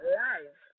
live